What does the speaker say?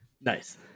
nice